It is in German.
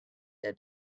der